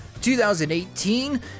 2018